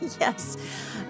Yes